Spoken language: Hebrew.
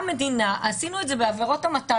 עשינו את זה בעבירת המתה,